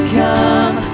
come